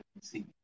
see